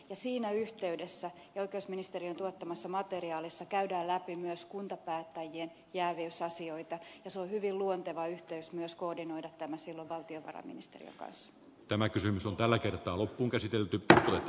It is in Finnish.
siinä yhteydessä ja oikeusministeriön tuottamassa materiaalissa käydään läpi myös kuntapäättäjien jääviysasioita ja se on hyvin luonteva yhteys myös koordinoida tämä silloin valtiovarainministeriön kanssa